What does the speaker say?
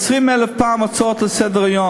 עשרים אלף פעם הצעות לסדר-היום.